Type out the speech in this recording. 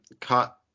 cut